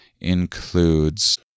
includes